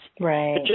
Right